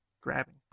grabbing